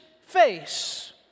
face